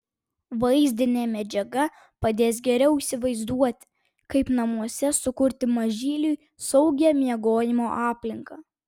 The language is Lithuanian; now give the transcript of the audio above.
vaizdinė medžiaga padės geriau įsivaizduoti kaip namuose sukurti mažyliui saugią miegojimo aplinką